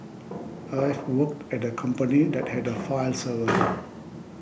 I've worked at a company that had a file server